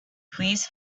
please